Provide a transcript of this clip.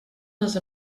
les